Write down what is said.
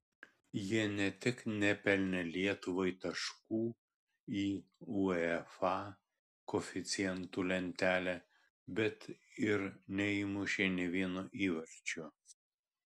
jie ne tik nepelnė lietuvai taškų į uefa koeficientų lentelę bet ir neįmušė nė vieno įvarčio